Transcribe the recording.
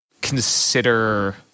consider